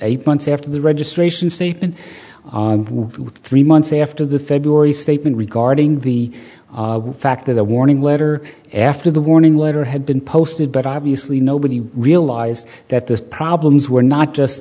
eight months after the registration statement three months after the february statement regarding the fact that the warning letter after the warning letter had been posted but obviously nobody realized that those problems were not just